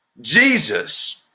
Jesus